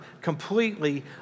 completely